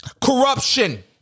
Corruption